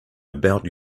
about